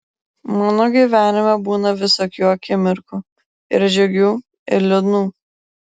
mano gyvenime būna visokių akimirkų ir džiugių ir liūdnų